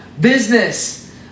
business